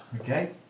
Okay